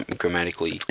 grammatically